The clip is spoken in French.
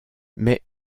mais